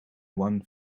one